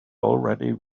already